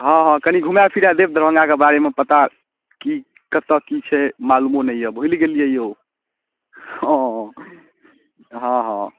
हँ हँ कनी घुमा फिरा देब दरभङ्गाके बारेमे पता कि कतऽ कि छै मालूमो नहि अइ भुलि गेलिए यौ हँ हँ हँ